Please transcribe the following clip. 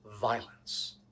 violence